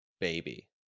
baby